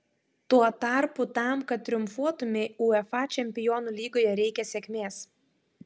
tuo tarpu tam kad triumfuotumei uefa čempionų lygoje reikia sėkmės